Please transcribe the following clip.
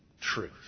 truth